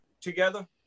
together